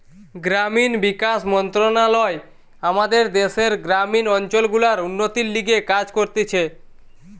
গ্রামীণ বিকাশ মন্ত্রণালয় আমাদের দ্যাশের গ্রামীণ অঞ্চল গুলার উন্নতির লিগে কাজ করতিছে